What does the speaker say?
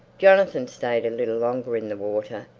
jonathan stayed a little longer in the water.